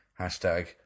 Hashtag